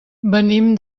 venim